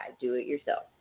do-it-yourself